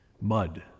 Mud